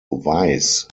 weiss